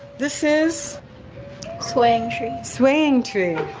this is swinging tree. swinging tree.